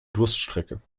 durststrecke